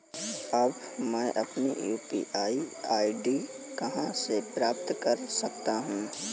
अब मैं अपनी यू.पी.आई आई.डी कहां से प्राप्त कर सकता हूं?